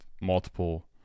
multiple